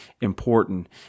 important